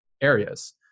areas